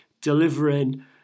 delivering